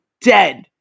dead